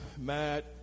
Matt